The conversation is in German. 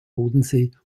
bodensee